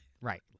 Right